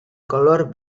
color